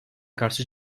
karşı